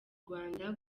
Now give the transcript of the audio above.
rwanda